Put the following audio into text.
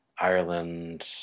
Ireland